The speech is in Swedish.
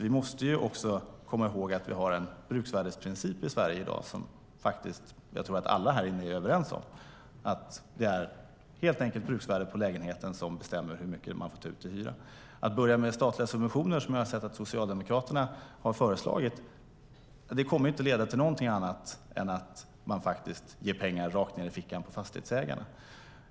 Vi måste också komma ihåg att vi har en bruksvärdesprincip i Sverige i dag som jag tror att alla här inne är överens om, nämligen att det helt enkelt är bruksvärdet på lägenheten som bestämmer hur mycket man får ta ut i hyra. Att börja med statliga subventioner, som jag har sett att Socialdemokraterna har föreslagit, kommer inte att leda till någonting annat än att pengarna går rakt ned i fickorna på fastighetsägarna.